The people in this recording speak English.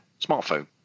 smartphone